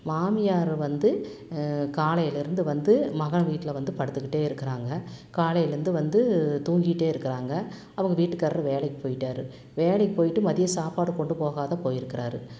மாமியார் வந்து காலைலேருந்து வந்து மகன் வீட்டில் வந்து படுத்துக்கிட்டே இருக்கிறாங்க காலைலேருந்து வந்து தூங்கிட்டே இருக்கிறாங்க அவங்க வீட்டுக்கார்ரு வேலைக்கு போய்ட்டார் வேலைக்கு போய்விட்டு மதியம் சாப்பாடு கொண்டு போகாம போயிருக்கிறாரு